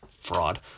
fraud